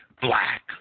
black